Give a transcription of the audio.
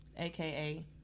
aka